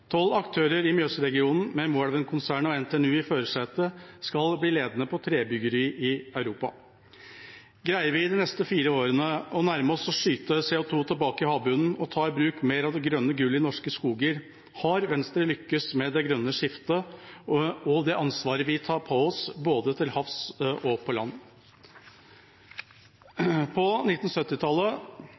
Tolv aktører i Mjøs-regionen med Moelven-konsernet og NTNU i førersetet skal bli ledende på trebyggeri i Europa. Greier vi de neste fire årene å nærme oss å skyte CO 2 tilbake i havbunnen og ta i bruk mer av det grønne gullet i norske skoger, har Venstre lyktes med det grønne skiftet og det ansvaret vi tar på oss – både til havs og på land. På